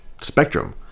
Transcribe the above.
spectrum